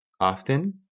often